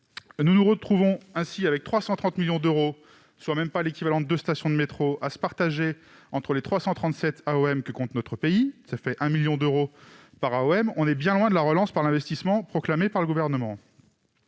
Nous nous retrouvons ainsi avec 330 millions d'euros, même pas l'équivalent de deux stations de métro, à partager entre les 337 AOM que compte notre pays, soit 1 million d'euros par AOM. On est bien loin de la relance par l'investissement proclamée par le Gouvernement